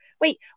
wait